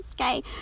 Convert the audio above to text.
okay